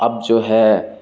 اب جو ہے